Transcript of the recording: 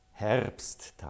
Herbsttag